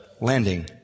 landing